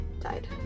died